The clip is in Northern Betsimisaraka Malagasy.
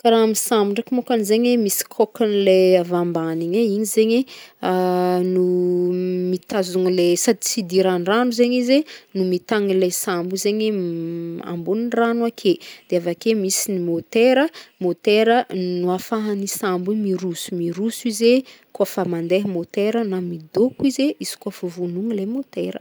Karaha amy sambo ndraiky mokany zegny, misy coquegny le avy ambany igny, igny zegny e no mitazony le, sady tsy idiran'rano zegny izy e, no mitagna le sambo i zegny ambonin'ny rano ake, de avake misy ny motera, motera no ahafahan'i sambo io miroso, miroso izy e kaofa mande motera, na midoko izy kaofa vonoiny motera.